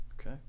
Okay